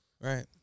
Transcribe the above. right